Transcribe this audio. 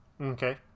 okay